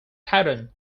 pattern